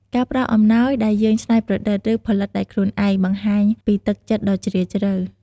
ការផ្តល់អំណោយដែលយើងច្នៃប្រឌិត ឬផលិតដោយខ្លួនឯង បង្ហាញពីទឹកចិត្តដ៏ជ្រាលជ្រៅ។